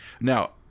now